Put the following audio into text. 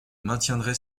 maintiendrai